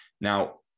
Now